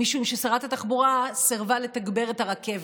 משום ששרת התחבורה סירבה לתגבר את הרכבת,